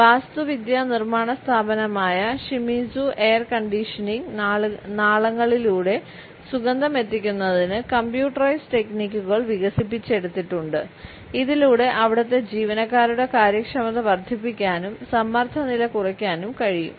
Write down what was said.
വാസ്തുവിദ്യാ നിർമാണ സ്ഥാപനമായ ഷിമിസു എയർ കണ്ടീഷനിംഗ് വികസിപ്പിച്ചെടുത്തിട്ടുണ്ട് ഇതിലൂടെ അവിടുത്തെ ജീവനക്കാരുടെ കാര്യക്ഷമത വർദ്ധിപ്പിക്കാനും സമ്മർദ്ദ നില കുറയ്ക്കാനും കഴിയും